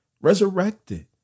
resurrected